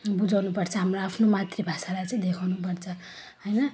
बुझाउनुपर्छ हाम्रो आफ्नो मातृभाषालाई चाहिँ देखाउनुपर्छ होइन